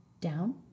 down